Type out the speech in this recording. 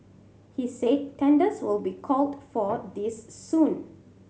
he said tenders will be called for this soon